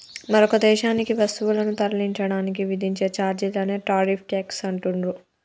మరొక దేశానికి వస్తువులను తరలించడానికి విధించే ఛార్జీలనే టారిఫ్ ట్యేక్స్ అంటుండ్రు